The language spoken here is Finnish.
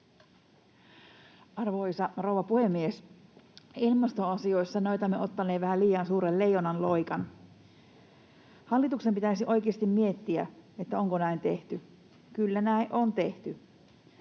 Arvoisa rouva puhemies! Ilmastoasioissa näytämme ottaneen vähän liian suuren leijonanloikan. Hallituksen pitäisi oikeasti miettiä, onko näin tehty. Kyllä näin on tehty.